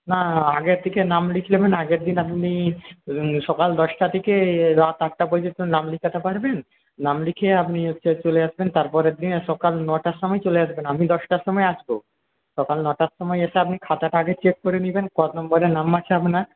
না আগের থেকে নাম লিখিয়ে নেবেন আগের দিন আপনি সকাল দশটা থেকে রাত আটটা পর্যন্ত নাম লেখাতে পারবেন নাম লিখে আপনি হচ্ছে চলে আসবেন তারপরের দিনে সকাল নটার সময় চলে আসবেন আমি দশটার সময় আসব সকাল নটার সময় এসে আপনি খাতাটা আগে চেক করে নেবেন কত নম্বরে নাম আছে আপনার